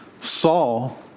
Saul